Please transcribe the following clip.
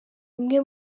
bimwe